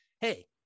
hey